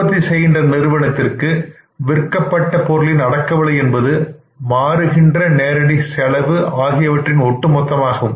உற்பத்தி செய்கின்ற நிறுவனத்திற்கு காஸ்ட் ஆஃப் கூட்ஸ் சோல்டு என்பது மாறுகின்ற செலவு நேரடி செலவு ஆகியவற்றின் ஒட்டுமொத்தமாகும்